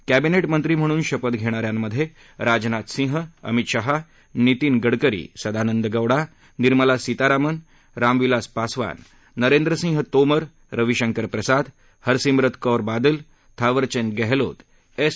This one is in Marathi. कॅबिनेट मंत्री म्हणून शपथ घेणा यांमधे राजनाथ सिंह अमित शाह नितीन गडकरी सदानंद गौडा निर्मला सीतारामन रामविलास पासवान नरेंद्रसिंह तोमर रविशंकर प्रसाद हरसिमरत कौर बादल थावरचंद गहलोत एस